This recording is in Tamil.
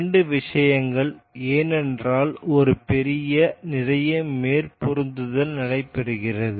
இரண்டு விஷயங்கள் ஏனென்றால் ஒரு பெரிய நிறைய மேற்பொருந்துதல் நடைபெறுகிறது